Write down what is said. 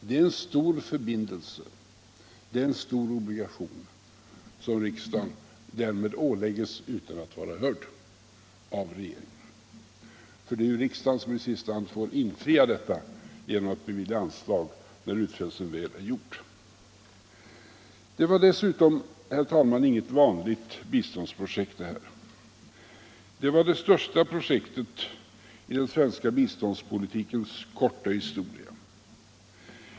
Det är en stor förbindelse, det är en stor obligation, som riksdagen därmed ålägges utan att vara hörd av regeringen — det är ju riksdagen som i sista hand får infria detta avtal genom att bevilja anslag när utfästelsen väl är gjord. verksamheten Det var dessutom, herr talman, inget vanligt biståndsprojekt. Det var det största projektet i den svenska biståndspolitikens korta historia.